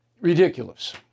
Ridiculous